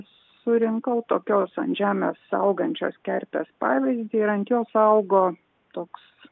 surinkau tokios ant žemės augančios kerpės pavyzdį ir ant jos augo toks